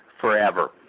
forever